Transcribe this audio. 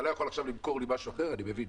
אתה לא יכול עכשיו למכור משהו אחר אני מבין,